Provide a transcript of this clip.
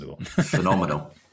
Phenomenal